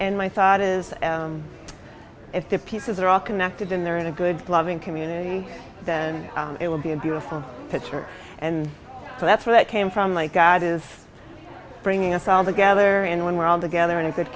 and my thought is if the pieces are all connected in there in a good loving community then it will be a beautiful picture and so that's where that came from like god is bringing us all together and when we're all together in a good